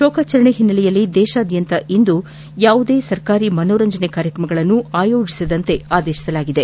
ಶೋಕಾಚರಣೆ ಹಿನ್ನೆಲೆಯಲ್ಲಿ ದೇಶಾದ್ಯಂತ ಇಂದು ಯಾವುದೇ ಸರ್ಕಾರಿ ಮನೋರಂಜನೆ ಕಾರ್ಯಕ್ರಮಗಳನ್ನು ಆಯೋಜಿಸದಂತೆ ಸೂಚನೆ ನೀಡಲಾಗಿದೆ